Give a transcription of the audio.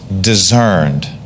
discerned